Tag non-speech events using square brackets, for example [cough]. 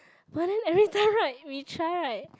[breath] but then every time right we try right